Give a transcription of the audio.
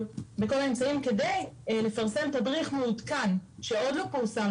בכל האמצעים כדי לפרסם תדריך מעודכן שעוד לא פורסם,